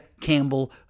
Campbell